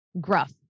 gruff